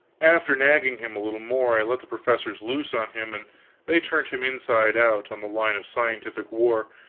after nagging him a little more, i let the professors loose on him and they turned him inside out, on the line of scientific war,